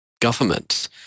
government